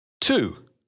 Two